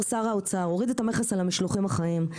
שר האוצר הוריד את המכס על המשלוחים החיים,